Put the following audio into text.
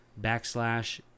backslash